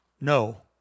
No